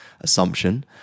assumption